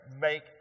Make